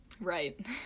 Right